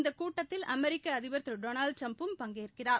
இந்த கூட்டத்தில் அமெரிக்க அதிபர் திரு டொனாஸ்ட் டிரம்பும் பங்கேற்கிறார்